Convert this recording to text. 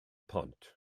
pont